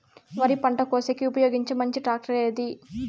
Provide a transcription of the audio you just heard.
వరి పంట కోసేకి ఉపయోగించే మంచి టాక్టర్ ఏది?